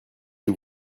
que